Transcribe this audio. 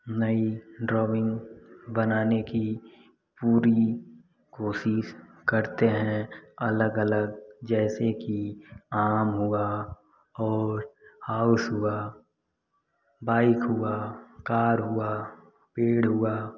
नई ड्रोविंग बनाने कि पूरी कोशिश करते हैं अलग अलग जैसे कि आम हुआ और हाउस हुआ बाइक हुआ कार हुआ पेड़ हुआ